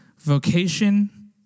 Vocation